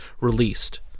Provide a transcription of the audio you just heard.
released